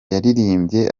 yaririmbye